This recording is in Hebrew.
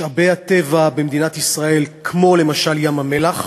משאבי הטבע במדינת ישראל, כמו, למשל, ים-המלח,